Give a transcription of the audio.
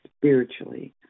spiritually